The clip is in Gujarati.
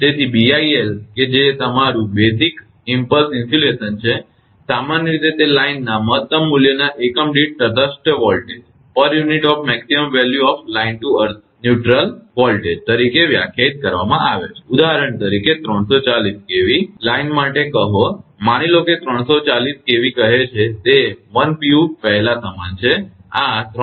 તેથી BIL કે જે તમારુ બેઝિક ઇમ્પલ્સ ઇન્સ્યુલેશન છે સામાન્ય રીતે તે લાઇનના મહત્તમ મૂલ્યના એકમ દીઠ તટસ્થ વોલ્ટેજ તરીકે વ્યાખ્યાયિત કરવામાં આવે છે ઉદાહરણ તરીકે 340 kV લાઇન માટે કહો માની લો કે 340 kV કહે છે કે તે 1 pu પહેલા સમાન છે આ 345√3